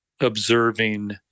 observing